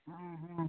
ಹಾಂ ಹಾಂ